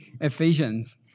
Ephesians